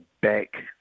back